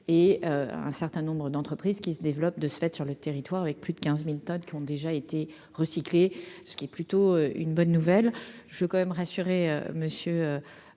et un certain nombre d'entreprises qui se développe, de ce fait, sur le territoire, avec plus de 15000 tonnes qui ont déjà été recyclés, ce qui est plutôt une bonne nouvelle. Je suis quand même rassuré,